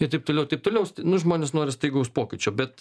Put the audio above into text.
ir taip toliau taip toliau nu žmonės nori staigaus pokyčio bet